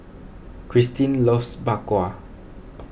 Christine loves Bak Kwa